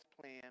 plan